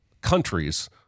countries